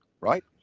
right